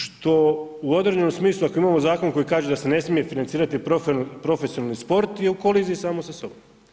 Što u određenom smislu ako imamo zakon koji kaže da se ne smije financirati profesionalni sport je u koliziji samo sa sobom.